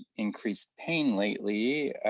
increased pain lately,